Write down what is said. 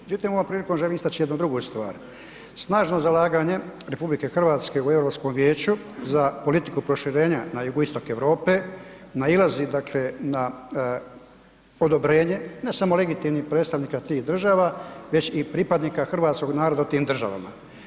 Međutim, ovom prilikom želim istaći jednu drugu stvar, snažno zalaganje RH u Europskom vijeću za politiku proširenja na Jugoistok Europe nailazi na odobrenje, ne samo legitimnih predstavnika tih država već i pripadnika hrvatskog naroda u tim državama.